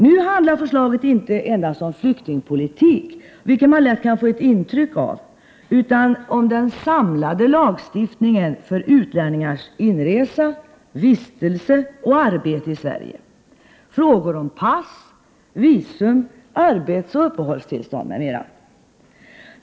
Nu handlar förslaget inte endast om flyktingpolitik, vilket man lätt kan få ett intryck av, utan om den samlade lagstiftningen för utlänningars inresa, vistelse och arbete i Sverige, frågor om pass, visum, arbetsoch uppehållstillstånd m.m.